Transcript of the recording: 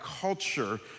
culture